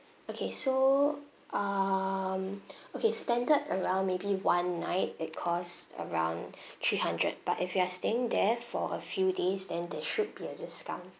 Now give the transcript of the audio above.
okay so um okay standard around maybe one night it costs around three hundred but if you are staying there for a few days then there should be a discount